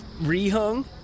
rehung